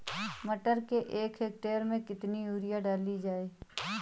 मटर के एक हेक्टेयर में कितनी यूरिया डाली जाए?